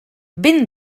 ben